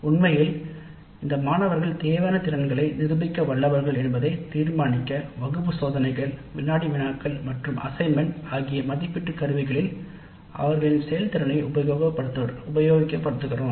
உண்மையில் இந்த மாணவர்கள் தேவையான திறன்களை நிரூபிக்க வல்லவர்கள்என்பதை தீர்மானிக்க வினாடி வினாக்கள் மற்றும் அசைன்மென்ட் உபயோகப்படுத்துகிறோம்